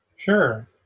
Sure